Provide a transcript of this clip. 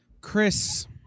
Chris